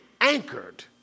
anchored